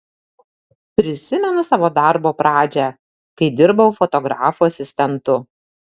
prisimenu savo darbo pradžią kai dirbau fotografų asistentu